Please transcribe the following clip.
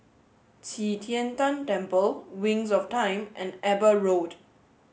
Qi Tian Tan Temple Wings of Time and Eber Road